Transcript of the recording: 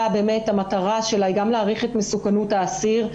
מטרת הוועדה היא גם להעריך את מסוכנות האסיר,